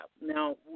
Now